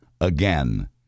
again